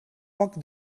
poc